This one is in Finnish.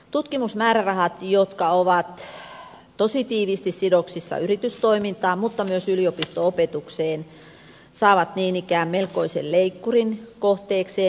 tutkimusmäärärahat jotka ovat tosi tiiviisti sidoksissa yritystoimintaan mutta myös yliopisto opetukseen joutuvat niin ikään melkoisen leikkurin kohteeksi